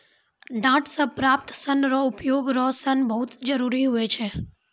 डांट से प्राप्त सन रो उपयोग रो सन बहुत जरुरी हुवै छै